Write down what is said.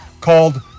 called